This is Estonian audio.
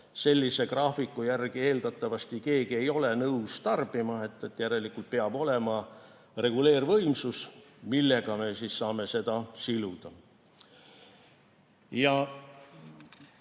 Sellise graafiku järgi eeldatavasti keegi ei ole nõus tarbima, järelikult peab olema reguleervõimsus, millega me saame mittejuhitavat